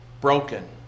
broken